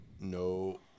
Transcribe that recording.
no